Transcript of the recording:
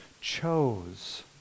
chose